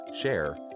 share